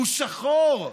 הוא שחור.